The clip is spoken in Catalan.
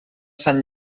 sant